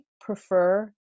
prefer